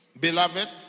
beloved